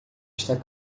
está